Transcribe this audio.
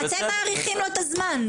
אתם מאריכים לו את הזמן.